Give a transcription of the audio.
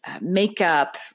makeup